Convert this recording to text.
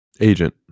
Agent